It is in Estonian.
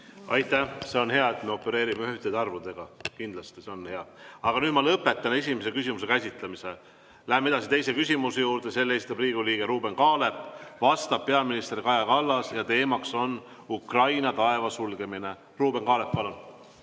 Aitäh! See on hea, et me opereerime ühtede arvudega, kindlasti see on hea. Aga nüüd ma lõpetan esimese küsimuse käsitlemise. Läheme teise küsimuse juurde, mille esitab Riigikogu liige Ruuben Kaalep, sellele vastab peaminister Kaja Kallas ja teema on Ukraina taeva sulgemine. Ruuben Kaalep, palun!